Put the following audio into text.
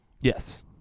yes